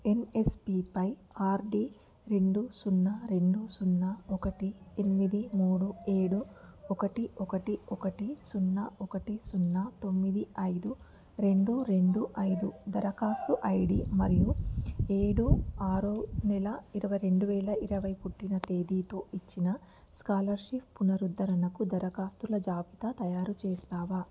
యన్యస్పిపై ఆర్డి రెండు సున్న రెండు సున్న ఒకటి ఎనిమిది మూడు ఏడు ఒకటి ఒకటి ఒకటి సున్న ఒకటి సున్న తొమ్మిది ఐదు రెండు రెండు ఐదు దరఖాస్తు ఐడి మరియు ఏడు ఆరో నెల రెండు వేల ఇరవై పుట్టిన తేదీతో ఇచ్చిన స్కాలర్షిప్ పునరుద్ధరణకు దరఖాస్తుల జాబితా తయారుచేస్తావా